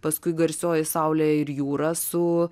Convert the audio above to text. paskui garsioji saulė ir jūra su